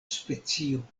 specio